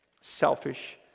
selfish